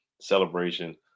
celebration